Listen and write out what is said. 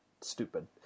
stupid